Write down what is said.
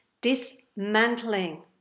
dismantling